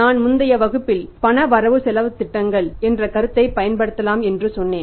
நான் முந்தைய வகுப்பில் பண வரவுசெலவுத்திட்டங்கள் என்ற கருத்தை பயன்படுத்தலாம் என்று சொன்னேன்